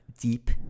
deep